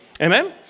amen